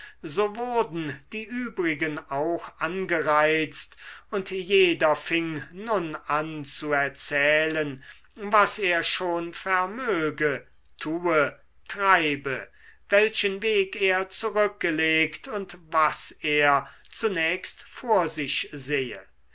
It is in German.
so wurden die übrigen auch angereizt und jeder fing nun an zu erzählen was er schon vermöge tue treibe welchen weg er zurückgelegt und was er zunächst vor sich sehe